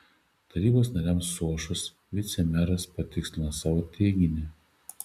tarybos nariams suošus vicemeras patikslino savo teiginį